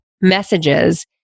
messages